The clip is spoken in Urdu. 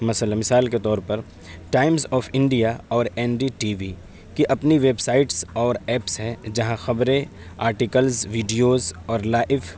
مثلاً مثال کے طور پر ٹائمس آف انڈیا اور این ڈی ٹی وی کی اپنی ویب سائٹس اور ایپس ہیں جہاں خبریں آرٹیکلز ویڈیوز اور لائیو